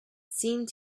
seemed